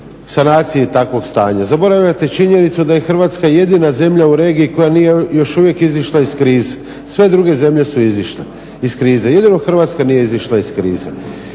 sanaciji takvog stanja. Zaboravljate činjenicu da je Hrvatska jedina zemlja u regiji koja nije još uvijek izišla iz krize, sve druge zemlje su izišle iz krize jedino Hrvatska nije izišla iz krize.